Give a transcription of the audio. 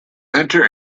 enter